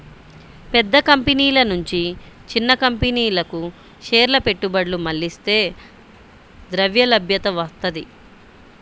పెద్ద కంపెనీల నుంచి చిన్న కంపెనీలకు షేర్ల పెట్టుబడులు మళ్లిస్తే ద్రవ్యలభ్యత వత్తది